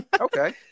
okay